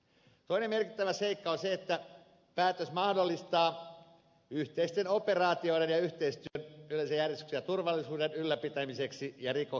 toinen merkittävä seikka on se että päätös mahdollistaa yhteiset operaatiot ja yhteistyön yleisen järjestyksen ja turvallisuuden ylläpitämiseksi ja rikosten torjumiseksi